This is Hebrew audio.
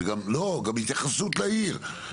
לא גם התייחסות לעיר.